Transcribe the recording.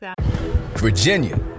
Virginia